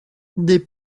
des